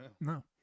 No